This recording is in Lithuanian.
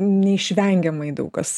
neišvengiamai daug kas